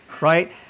right